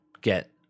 get